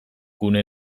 gune